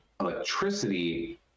Electricity